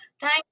Thank